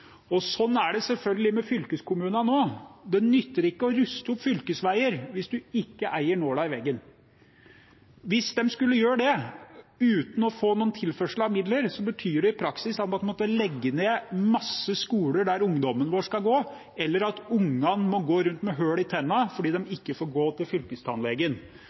Sånn er det selvfølgelig med fylkeskommunene også. Det nytter ikke å ruste opp fylkesveier hvis man ikke eier nåla i veggen. Hvis de skulle gjøre det uten å få noen tilførsler av midler, betyr det i praksis at de da måtte legge ned masse skoler der ungdommen vår skal gå, eller at ungene må gå rundt med hull i tennene fordi de ikke får gå til